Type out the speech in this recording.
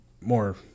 more